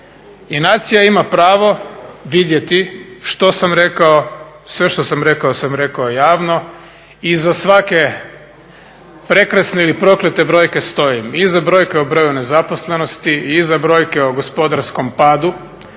I nacija ima pravo vidjeti što sam rekao, sve što sam rekao sam rekao javno. Iza svake prekrasne ili proklete brojke stojim. Iza brojke o broju nezaposlenosti, iza brojke o gospodarskom padu,